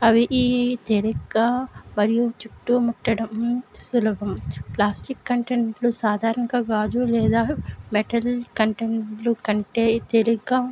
అవి ఈ తెలిగ్గా మరియు చుట్టూ ముట్టడం సులభం ప్లాస్టిక్ కంటెంట్లు సాధారణంగా గాజు లేదా మెటల్ కంటెంట్లు కంటే తేలిగ్గా